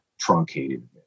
truncated